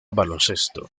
baloncesto